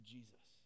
Jesus